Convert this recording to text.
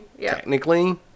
technically